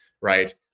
right